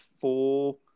four